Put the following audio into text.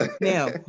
now